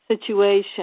situation